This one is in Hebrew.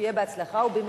ושיהיה בהצלחה ובמהירות,